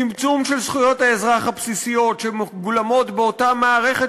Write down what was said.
צמצום של זכויות האזרח הבסיסיות שמגולמות באותה מערכת